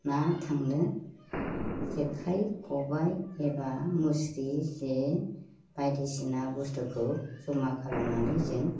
ना थांनो जेखाइ खबाइ एबा मुस्रि जे बायदिसिना बुस्थुखौ जमा खालामनानै जों